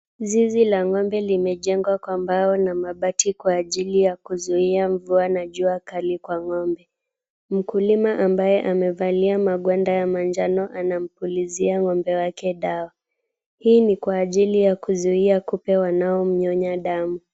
Zizi la ng'ombe limejengwa kwa mbao na mabati kwa ajili ya kuzuia mvua na jua kali kwa ng'ombe. Mkulima ambaye amevalia magwanda ya manjano anampulizia ng'ombe wake dawa. Hii ni kwa ajili ya kuzuia kupe wanaomnyonya damu.